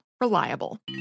Reliable